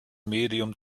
medium